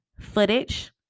footage